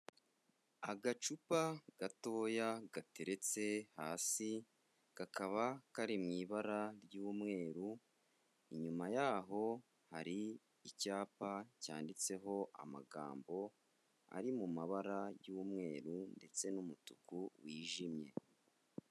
Agacupa gatoya, gateretse hasi, kakaba kari mu ibara ry'umweru, inyuma yaho hari icyapa cyanditseho amagambo ari mu mabara y'umweru ndetse n'umutuku wijimye.